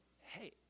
hey